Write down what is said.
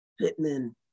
Pittman